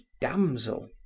damsel